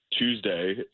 Tuesday